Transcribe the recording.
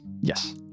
Yes